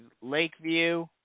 Lakeview